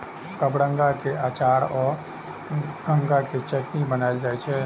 कबरंगा के अचार आ गंगा के चटनी बनाएल जाइ छै